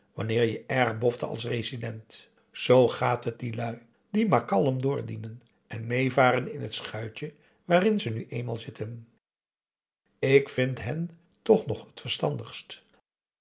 wanneer je erg bofte als resident zoo gaat het die lui die maar kalm doordienen en meevaren in het schuitje waarin ze nu eenmaal zitten ik vind hen toch nog t verstandigst